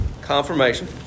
confirmation